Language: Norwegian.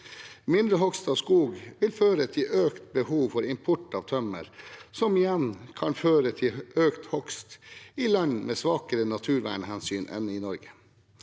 Mindre hogst av skog vil føre til økt behov for import av tømmer, som igjen kan føre til økt hogst i land med svakere naturvernhensyn enn i Norge.